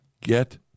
Get